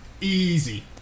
Easy